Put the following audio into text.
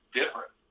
different